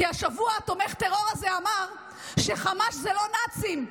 כי השבוע תומך הטרור הזה אמר שחמאס לא נאצים,